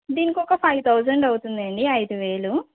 దీనికి ఒక five thousand అవుతుందండి ఐదు వేలు